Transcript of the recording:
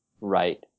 right